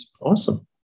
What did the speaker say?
Awesome